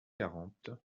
quarante